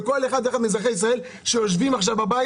בכל אחד ואחת מאזרחי ישראל שיושבים עכשיו בבית